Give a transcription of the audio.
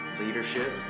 leadership